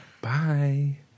Bye